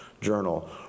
journal